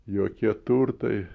jokie turtai